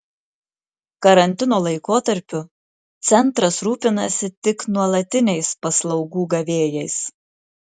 karantino laikotarpiu centras rūpinasi tik nuolatiniais paslaugų gavėjais